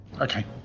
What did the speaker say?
Okay